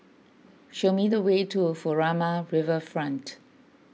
show me the way to Furama Riverfront